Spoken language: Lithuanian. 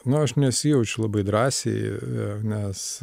nu aš nesijaučiu labai drąsiai nes